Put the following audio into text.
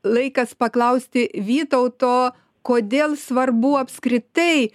laikas paklausti vytauto kodėl svarbu apskritai